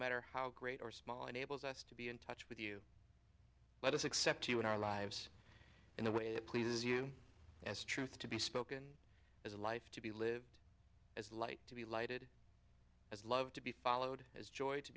matter how great or small enables us to be in touch with you let us accept you in our lives in a way that pleases you as truth to be spoken as a life to be lived as light to be lighted as love to be followed as joy to